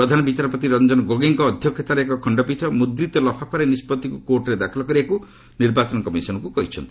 ପ୍ରଧାନ ବିଚାରପତି ରଞ୍ଜନ ଗୋଗୋଇଙ୍କ ଅଧ୍ୟକ୍ଷତାର ଏକ ଖଣ୍ଡପୀଠ ମୁଦ୍ରିତ ଲଫାପାରେ ନିଷ୍ପଭିକୁ କୋର୍ଟରେ ଦାଖଲ କରିବାକୁ ନିର୍ବାଚନ କମିଶନ୍ଙ୍କୁ କହିଛନ୍ତି